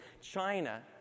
China